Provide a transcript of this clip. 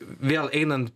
vėl einant